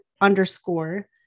underscore